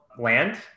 land